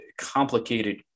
complicated